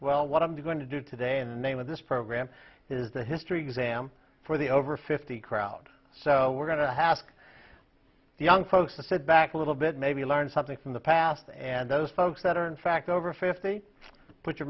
well what i'm going to do today in the name of this program is the history exam for the over fifty crowd so we're going to hask the young folks to sit back a little bit maybe learn something from the past and those folks that are in fact over fifty put your